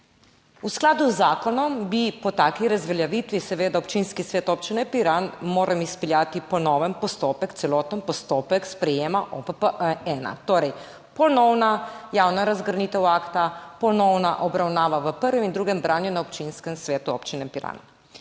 V skladu z zakonom bi po taki razveljavitvi seveda občinski svet Občine Piran moral izpeljati ponoven postopek, celoten postopek sprejetja OPP 1, torej ponovna javna razgrnitev akta, ponovna obravnava v prvem in drugem branju na občinskem svetu Občine Piran.